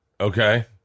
okay